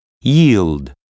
Yield